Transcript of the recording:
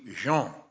Jean